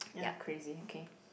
ya crazy okay